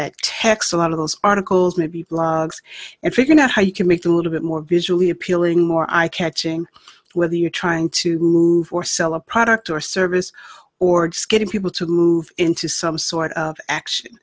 that text a lot of those articles maybe blogs and figuring out how you can make a little bit more visually appealing more eye catching whether you're trying to move or sell a product or service or getting people to move into some sort of action